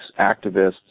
activists